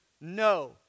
No